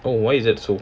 oh why is that so